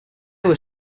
was